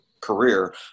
career